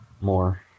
More